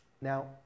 Now